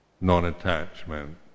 non-attachment